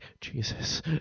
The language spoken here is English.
Jesus